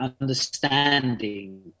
understanding